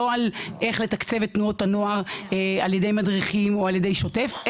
לא על איך לתקצב את תנועות הנוער על ידי מדריכים או על ידי שוטף,